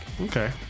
Okay